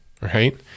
right